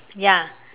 ya